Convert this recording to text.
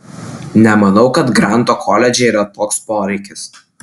nemanau kad granto koledže yra toks poreikis